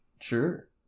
Sure